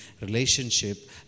relationship